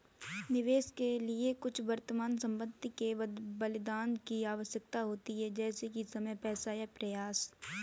निवेश के लिए कुछ वर्तमान संपत्ति के बलिदान की आवश्यकता होती है जैसे कि समय पैसा या प्रयास